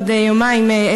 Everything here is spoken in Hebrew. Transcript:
בעוד יומיים,